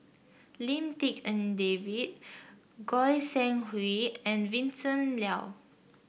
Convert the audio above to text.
Lim Tik En David Goi Seng Hui and Vincent Leow